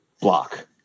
block